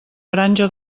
granja